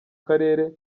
karere